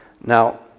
Now